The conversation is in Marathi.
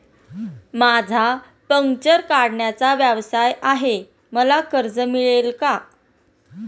माझा पंक्चर काढण्याचा व्यवसाय आहे मला कर्ज मिळेल का?